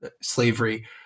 slavery